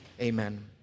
Amen